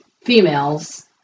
females